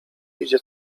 idzie